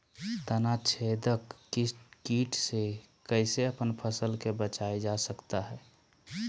तनाछेदक किट से कैसे अपन फसल के बचाया जा सकता हैं?